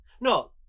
No